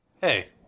Hey